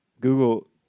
Google